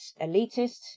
elitist